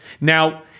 Now